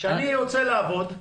כשאני רוצה לעבוד,